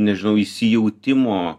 nežinau įsijautimo